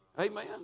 Amen